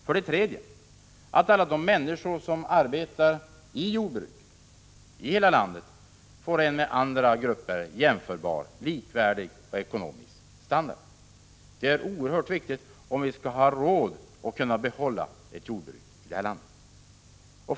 För det tredje: Alla de människor som arbetar i jordbruket i hela landet måste få en med andra grupper jämförbar och likvärdig ekonomisk standard. Detta är oerhört viktigt om vi skall ha råd att behålla ett jordbruk i det här landet.